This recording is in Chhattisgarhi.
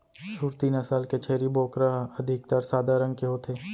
सूरती नसल के छेरी बोकरा ह अधिकतर सादा रंग के होथे